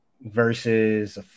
versus